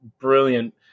brilliant